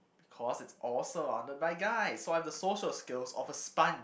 cause it's all surrounded by guys so I have the social skills of a sponge